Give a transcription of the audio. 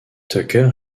tucker